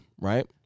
right